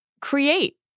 create